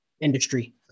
industry